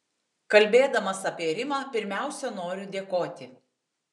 kalbėdamas apie rimą pirmiausia noriu dėkoti